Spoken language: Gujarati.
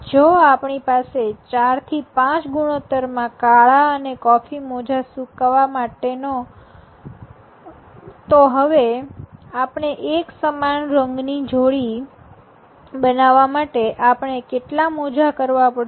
જો આપણી પાસે ચાર થી પાંચ ના ગુણોતરમાં કાળા અને કોફી મોજાં સુકાવા માટે છે તો હવે આપણે એક સમાન રંગની જોડી બનાવવા માટે આપણે કેટલા મોજા કરવા પડશે